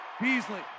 Beasley